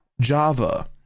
Java